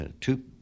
two